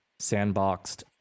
sandboxed